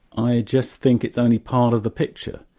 i just think it's only part of the picture.